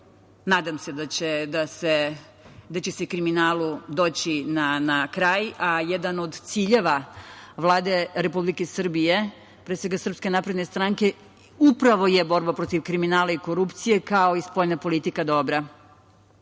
Nadam se da će se kriminalu doći na kraj, a jedan od ciljeva Vlade Republike Srbije, pre svega Srpske napredne stranke, upravo je borba protiv kriminala i korupcije, kao i dobra spoljna politika.O